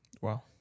Wow